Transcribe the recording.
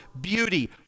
beauty